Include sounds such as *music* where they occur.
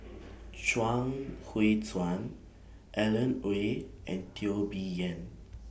*noise* Chuang Hui Tsuan Alan Oei and Teo Bee Yen